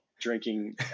drinking